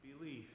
belief